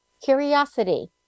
curiosity